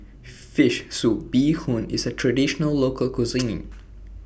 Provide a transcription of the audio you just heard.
Fish Soup Bee Hoon IS A Traditional Local Cuisine